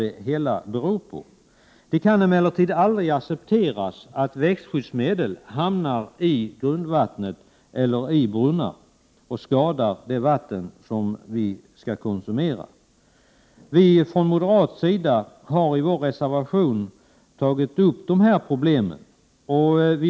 Det kan emellertid aldrig accepteras att växtskyddsmedel hamnar i grundvattnet eller i brunnar och skadar det vatten som skall konsumeras. Vi moderater har i vår reservation 10 tagit upp dessa problem.